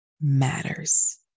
matters